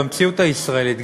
במציאות הישראלית,